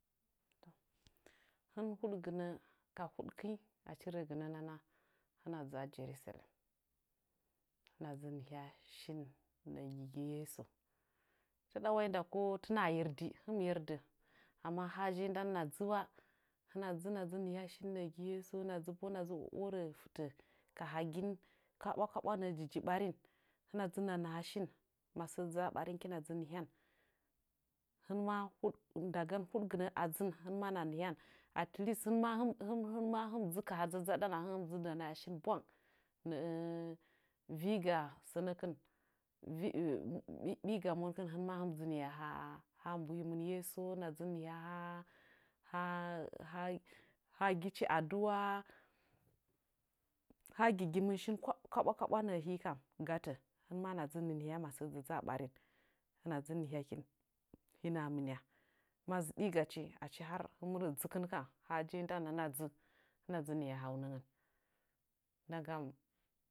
Hɨn huɗgɨnə, achi ka huɗkɨnyi achi rəgɨnə hɨna dzu a jerusalem hɨna dzɨ nihya shin nə'ə yi yeso. Taɗa wai nda ko tun waa yerdi hɨn mɨ yerdə. Amma wa hajenyi ndan hɨna dzɨ hɨna nihya shi nə'ə gi yeso, hɨna dzɨ orə fɨtə ka hagin kaɓwakaɓwa nə'ə ji ji ɓarini. Hɨna naha shin masəə dzaa ɓarin hɨkina dzɨ nihyan. Hɨ maa huɗ, huɗɨgɨnə hɨna dzɨ nihyan hɨn maa hɨn mɨ d dzɨ ka ha dzadzaɗən nə'ə viiga sənəkɨn ɓiiga hɨ ma hɨn mɨ dzɨ nihya haa mbuhimɨn yeso, hɨna dzɨ nihya ha ha ha haa gichi adu'a. Haa gigimɨn shin hii kam kaɓwakaɓwa gatə, hɨn maaa hɨna dzɨ nihyakin gatə ma səə dzaa ɓarin hɨna dzɨ nihyakin. Ma zɨɗiigachi achi nana hɨn mɨ rə dzɨkɨn kam hɨna dzɨ hɨna dzɨ nihya haunəngən nda ngam